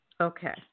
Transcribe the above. Okay